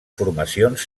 formacions